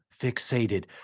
fixated